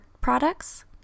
products